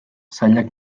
zailak